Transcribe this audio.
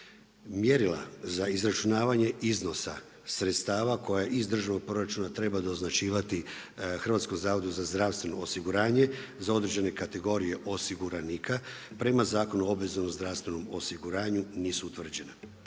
Mjerila za izračunavanje iznosa sredstava koja iz državnog proračuna treba doznačivati HZZO-u, za određene kategorije osiguranika prema Zakonu o obveznom zdravstvenom osiguranju, nisu utvrđena.